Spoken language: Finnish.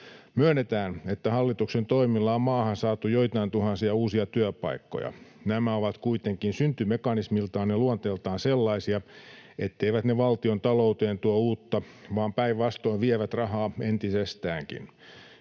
Myönnetään, että hallituksen toimilla on maahan saatu joitain tuhansia uusia työpaikkoja. Nämä ovat kuitenkin syntymekanismiltaan ja luonteeltaan sellaisia, etteivät ne valtiontalouteen tuo uutta, vaan päinvastoin vievät rahaa entisestäänkin.